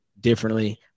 differently